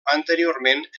anteriorment